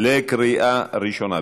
בקריאה ראשונה.